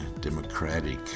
democratic